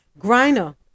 Griner